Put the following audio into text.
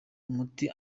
umuti